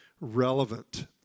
relevant